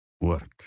Work